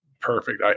perfect